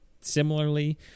similarly